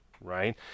right